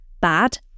bad